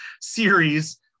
series